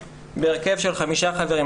בהרכב של חמישה חברים,